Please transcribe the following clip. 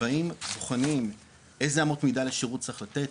שבאים בוחנים איזה אמות מידה לשירות צריך לתת,